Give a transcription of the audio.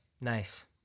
Nice